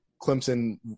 Clemson